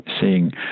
seeing